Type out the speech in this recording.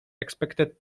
expected